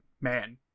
man